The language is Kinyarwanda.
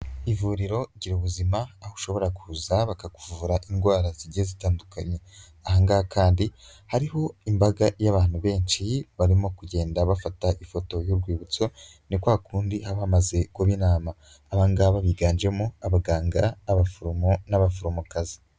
Ivuriro Girubuzima aho ushobora kuza bakakuvura indwara zigiye zitandukanye, ahangaha kandi hariho imbaga y'abantu benshi barimo kugenda bafata ifoto y'urwibutso, ni kwa kundi haba hamaze kuba inama, abangaba biganjemo abaganga, abaforomo n'abaforomokazi.